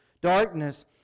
darkness